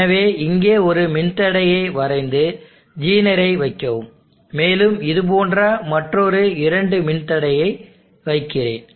எனவே இங்கே ஒரு மின்தடையை வரைந்து ஜீனரை வைக்கவும் மேலும் இது போன்ற மற்றொரு இரண்டு மின்தடையை வைக்கிறேன்